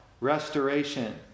restoration